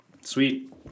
Sweet